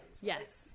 yes